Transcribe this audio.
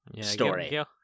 story